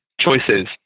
choices